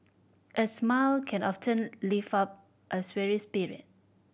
a smile can often lift up a weary spirit